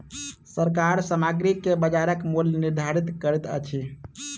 सरकार सामग्री के बजारक मूल्य निर्धारित करैत अछि